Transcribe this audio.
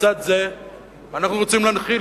לצד זה אנחנו רוצים להנחיל,